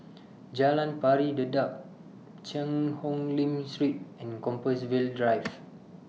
Jalan Pari Dedap Cheang Hong Lim Street and Compassvale Drive